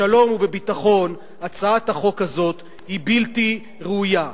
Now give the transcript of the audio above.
בשלום ובביטחון, הצעת החוק הזאת היא בלתי ראויה.